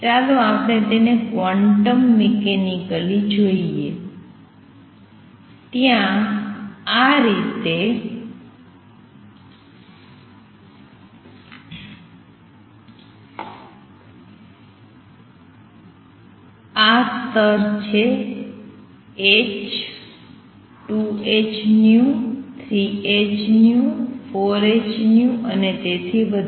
ચાલો આપણે તેને ક્વોન્ટમ મિકેનિકલી જોઈએ ત્યાં આ સ્તર છે h 2hv 3hv4hv અને તેથી વધારે